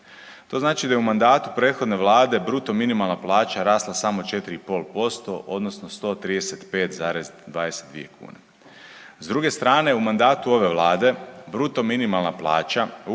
To znači da je u mandatu prethodne vlade bruto minimalna plaća rasla samo 4,5% odnosno 135,22 kune. S druge strane u mandatu ove vlade bruto minimalna plaća